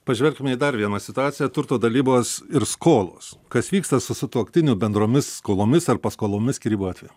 pažvelkime į dar vieną situaciją turto dalybos ir skolos kas vyksta su sutuoktinių bendromis skolomis ar paskolomis skyrybų atveju